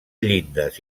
llindes